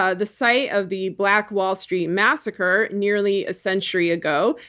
ah the site of the black wall street massacre nearly a century ago.